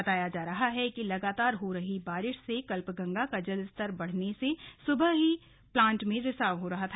बताया जा रहा है कि लगातार हो रही बारिश से कल्पगंगा का जलस्तर बढ़ने से सुबह से प्लांट में रिसाव हो रहा था